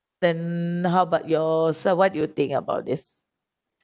then how about yourself so what do you think about this